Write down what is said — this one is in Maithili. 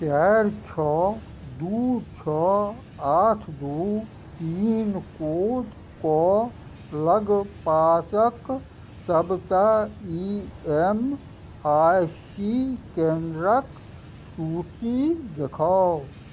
चारि छओ दुइ छओ आठ दुइ पिनकोडके लगपासके सबटा ई एस आइ सी केन्द्रके सूचि देखाउ